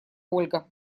ольга